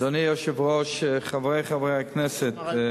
אדוני היושב-ראש, חברי חברי הכנסת,